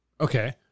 Okay